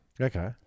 Okay